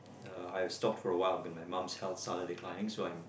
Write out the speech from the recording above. uh I've stop for awhile when my mum's health started declining so I'm